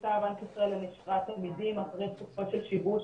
שביצע בנק ישראל לנשירת תלמידים אחרי תקופה של שיבוש